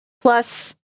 Plus